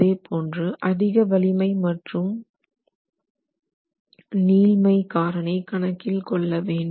அதே போன்று அதிக வலிமை மற்றும் நீள்மை காரணி கணக்கில் கொள்ளவேண்டும்